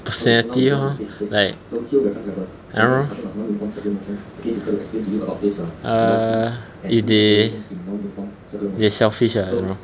christianity lor like I don't know err did they they selfish lah I don't know ya